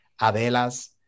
adelas